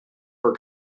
for